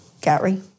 Gary